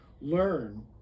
learn